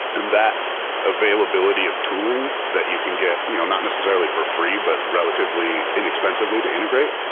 and that availability of tooling that you can get you know not necessarily for free, but relatively inexpensively to integrate,